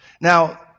Now